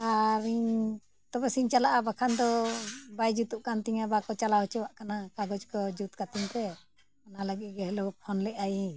ᱟᱨ ᱤᱧ ᱛᱚᱵᱮ ᱥᱮᱧ ᱪᱟᱞᱟᱜᱼᱟ ᱵᱟᱠᱷᱟᱱ ᱫᱚ ᱵᱟᱭ ᱡᱩᱛᱩᱜ ᱠᱟᱱ ᱛᱤᱧᱟᱹ ᱵᱟᱠᱚ ᱪᱟᱞᱟᱣ ᱚᱪᱚᱣᱟᱜ ᱠᱟᱱᱟ ᱠᱟᱜᱚᱡᱽ ᱠᱚ ᱡᱩᱛ ᱠᱟᱹᱛᱤᱧ ᱛᱮ ᱚᱱᱟ ᱞᱟᱹᱜᱤᱫ ᱜᱮ ᱦᱮᱞᱳ ᱯᱷᱳᱱ ᱞᱮᱜᱼᱟ ᱤᱧ